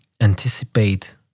anticipate